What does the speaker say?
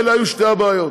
אלה היו שתי הבעיות.